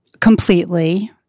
completely